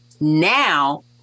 Now